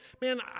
Man